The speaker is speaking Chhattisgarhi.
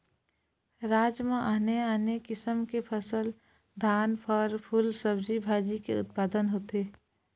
राज म आने आने किसम की फसल, धान, फर, फूल, सब्जी भाजी के उत्पादन होथे